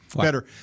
Better